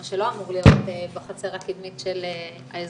מה שלא אמור להיות בחצר הקדמית של האזרחים,